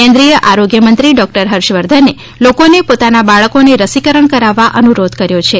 કેન્દ્રિય આરોગ્યમંત્રી ડોકટર હર્ષવર્ધને લોકોને પોતાના બાળકોને રસીકરણ કરાવવા અનુરોધ કર્યો છે